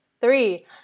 three